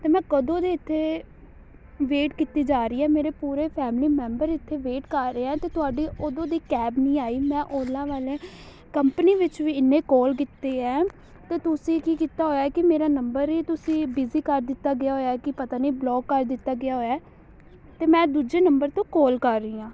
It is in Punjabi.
ਅਤੇ ਮੈਂ ਕਦੋਂ ਦੀ ਇੱਥੇ ਵੇਟ ਕੀਤੀ ਜਾ ਰਹੀ ਹੈ ਮੇਰੇ ਪੂਰੇ ਫੈਮਲੀ ਮੈਂਬਰ ਇੱਥੇ ਵੇਟ ਕਰ ਰਹੇ ਹੈ ਅਤੇ ਤੁਹਾਡੀ ਉਦੋਂ ਦੀ ਕੈਬ ਨਹੀਂ ਆਈ ਮੈਂ ਓਲਾ ਵਾਲੇ ਕੰਪਨੀ ਵਿੱਚ ਵੀ ਇੰਨੇ ਕੋਲ ਕੀਤੇ ਹੈ ਤਾਂ ਤੁਸੀਂ ਕੀ ਕੀਤਾ ਹੋਇਆ ਕਿ ਮੇਰਾ ਨੰਬਰ ਹੀ ਤੁਸੀਂ ਬਿਜ਼ੀ ਕਰ ਦਿੱਤਾ ਗਿਆ ਹੋਇਆ ਕਿ ਪਤਾ ਨਹੀਂ ਬਲੋਕ ਕਰ ਦਿੱਤਾ ਗਿਆ ਹੋਇਆ ਤਾਂ ਮੈਂ ਦੂਜੇ ਨੰਬਰ ਤੋਂ ਕਾਲ ਕਰ ਰਹੀ ਹਾਂ